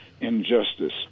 injustice